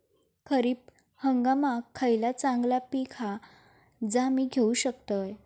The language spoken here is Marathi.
खरीप हंगामाक खयला चांगला पीक हा जा मी घेऊ शकतय?